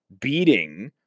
beating